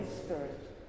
Spirit